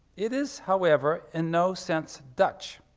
it is, however, in no sense dutch.